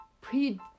pre